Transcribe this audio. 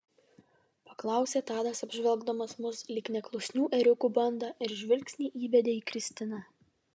paklausė tadas apžvelgdamas mus lyg neklusnių ėriukų bandą ir žvilgsnį įbedė į kristiną